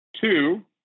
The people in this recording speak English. Two